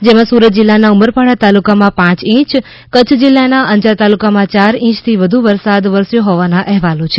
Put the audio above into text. જેમાં સુરત જિલ્લાના ઉમરપાડા તાલુકામાં પાંચ ઈંચ કચ્છ જિલ્લાના અંજાર તાલુકામાં ચાર ઈંચથી વધુ વરસાદ વરસ્યો હોવાના અહેવાલો છે